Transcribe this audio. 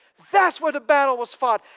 that's where the battle was fought.